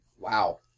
Wow